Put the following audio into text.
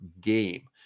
game